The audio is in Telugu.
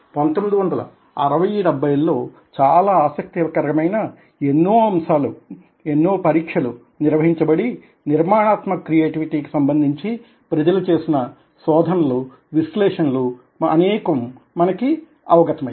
1960 70 ల్లో చాలా ఆసక్తి కరమైన ఎన్నో పరీక్షలు నిర్వహించబడి నిర్మాణాత్మక క్రియేటివిటీకి సంబంధించి ప్రజలు చేసిన శోధనలు విశ్లేషణలు అనేకం మనకి అవగతమయ్యాయి